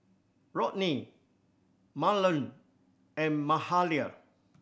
Rodney Marland and Mahalia